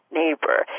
neighbor